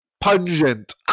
pungent